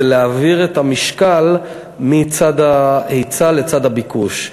זה להעביר את המשקל מצד ההיצע לצד הביקוש.